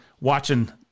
watching